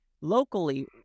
locally